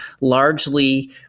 largely